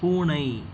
பூனை